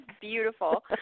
beautiful